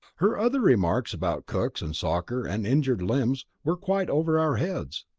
her other remarks, about cooks and soccer and injured limbs, were quite over our heads.